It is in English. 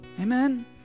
Amen